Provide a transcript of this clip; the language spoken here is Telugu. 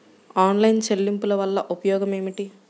ఆన్లైన్ చెల్లింపుల వల్ల ఉపయోగమేమిటీ?